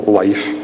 life